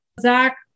Zach